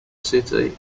city